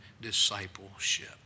discipleship